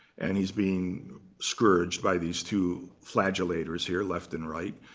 and he's being scourged by these two flagellators here, left and right.